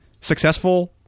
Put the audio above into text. successful